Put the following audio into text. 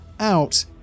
Out